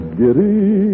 giddy